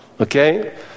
Okay